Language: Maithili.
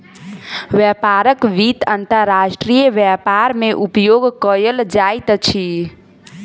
व्यापारक वित्त अंतर्राष्ट्रीय व्यापार मे उपयोग कयल जाइत अछि